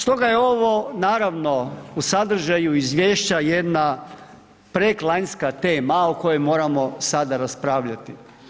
Stoga je ovo, naravno, u sadržaju izvješća jedna preklanjska tema o kojoj moramo sada raspravljati.